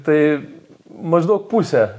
tai maždaug pusę